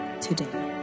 today